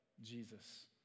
Jesus